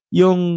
yung